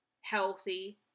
healthy